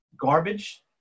garbage